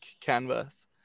canvas